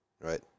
Right